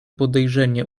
podejrzenie